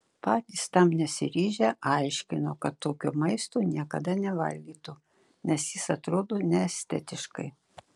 patys tam nesiryžę aiškino kad tokio maisto niekada nevalgytų nes jis atrodo neestetiškai